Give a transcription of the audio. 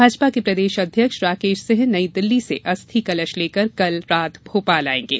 भाजपा के प्रदेश अध्यक्ष राकेश सिंह नयी दिल्ली से अस्थि कलश लेकर कल रात भोपाल आएंगे